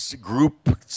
group